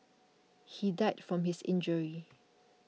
he died from his injuries